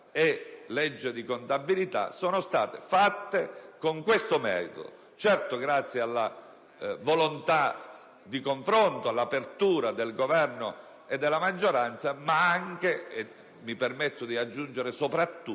e legge di contabilità) sono state fatte con questo metodo. Sicuramente anche grazie alla volontà di confronto e all'apertura del Governo e della maggioranza, ma - mi permetto di aggiungere - soprattutto